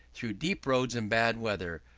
through deep roads and bad weather,